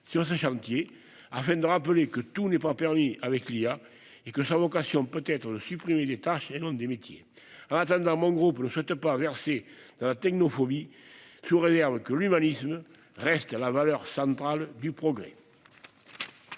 sur ce chantier, afin de rappeler que tout n'est pas permis à l'intelligence artificielle et que sa vocation devrait être de supprimer des tâches et non des métiers. En attendant, le groupe RDSE ne souhaite pas verser dans la technophobie, sous réserve que l'humanisme reste la valeur centrale du progrès.